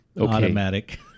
Automatic